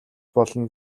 болно